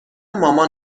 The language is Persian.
مامان